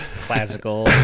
classical